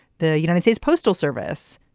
the united states postal service.